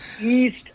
east